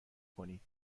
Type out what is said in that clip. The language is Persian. کنید